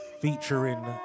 featuring